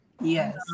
Yes